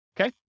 Okay